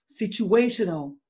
situational